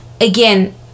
again